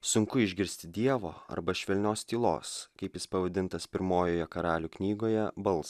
sunku išgirsti dievo arba švelnios tylos kaip jis pavadintas pirmojoje karalių knygoje bals